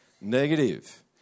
negative